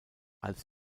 als